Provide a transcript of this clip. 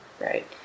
right